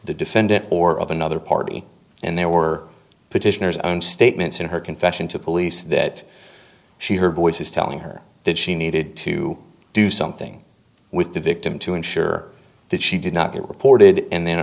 the defendant or of another party and there were petitioners own statements in her confession to police that she heard voices telling her that she needed to do something with the victim to ensure that she did not get reported and then